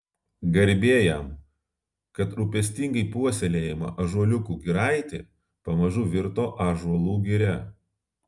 garbė jam kad rūpestingai puoselėjama ąžuoliukų giraitė pamažu virto ąžuolų giria